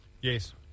Yes